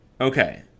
Okay